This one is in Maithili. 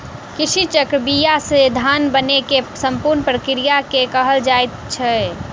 कृषि चक्र बीया से धान बनै के संपूर्ण प्रक्रिया के कहल जाइत अछि